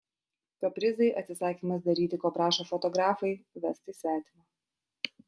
kaprizai atsisakymas daryti ko prašo fotografai vestai svetima